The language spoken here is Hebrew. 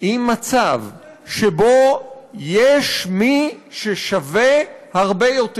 עם מצב שבו יש מי ששווה הרבה יותר?